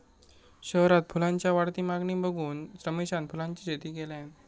शहरात फुलांच्या वाढती मागणी बघून रमेशान फुलांची शेती केल्यान